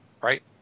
right